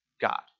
God